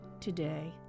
today